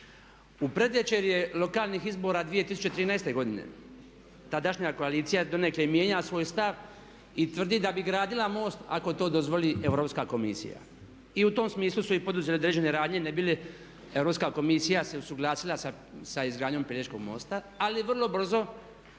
razumije./… lokalnih izbora 2013. godine tadašnja koalicija je donekle mijenjala svoj stav i tvrdi da bi gradila most ako to dozvoli Europska komisija. I u tom smislu su i poduzeli određene radnje ne bi li Europska komisija se usuglasila sa izgradnjom Pelješkog mosta. Ali vrlo brzo,